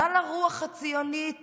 מה לרוח הציונית